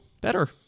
better